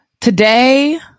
Today